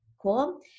cool